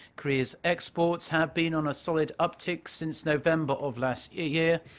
korea's exports have been on a solid uptick since november of last year.